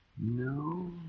No